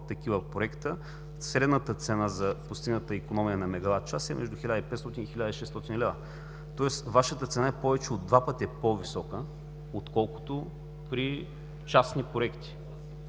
100 такива проекта средната цена за постигната икономия на мегаватчас е между 1500 – 1600 лв., тоест Вашата цена е повече от два пъти по-висока, отколкото при частни проекти.